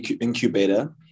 incubator